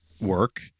work